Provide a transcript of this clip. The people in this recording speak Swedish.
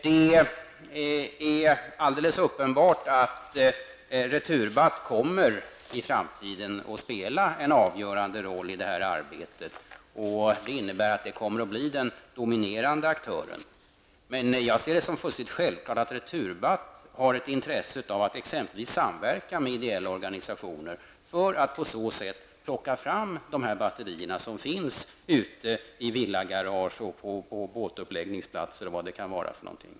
Det är alldeles uppenbart att Returbatt i framtiden kommer att spela en avgörande roll i det här arbetet. Det innebär att det kommer att bli den dominerande aktören. Men jag ser det som fullständigt självklart att Returbatt har ett intresse av att exempelvis samverka med ideella organisationer för att på så sätt plocka fram de batterier som finns ute i villagarage, på båtuppläggningsplatser och vad det kan vara.